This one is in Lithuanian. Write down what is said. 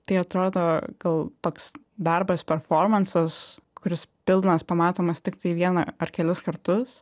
tai atrodo gal toks darbas performansas kuris pilnas pamatomas tiktai vieną ar kelis kartus